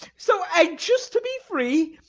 so anxious to be free!